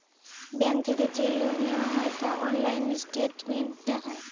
bank থেকে যে loan নেওয়া হয় তা অনলাইন স্টেটমেন্ট দেখায়